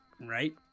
right